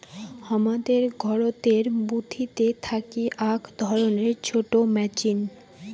হামাদের ঘরতের বুথিতে থাকি আক ধরণের ছোট মেচিন